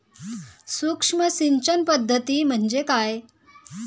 सूक्ष्म सिंचन पद्धती म्हणजे काय?